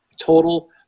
total